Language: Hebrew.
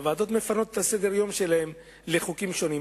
הוועדות מפנות את סדר-היום שלהן לחוקים שונים,